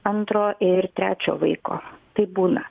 antro ir trečio vaiko taip būna